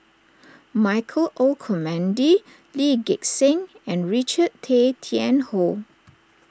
Michael Olcomendy Lee Gek Seng and Richard Tay Tian Hoe